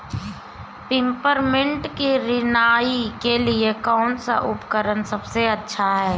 Peppermint की निराई के लिए कौन सा उपकरण सबसे अच्छा है?